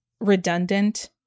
redundant